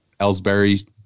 Ellsbury